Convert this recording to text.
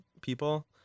people